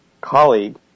colleague